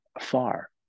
far